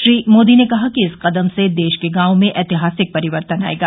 श्री मोदी ने कहा कि इस कदम से देश के गांवों में ऐतिहासिक परिवर्तन आएगा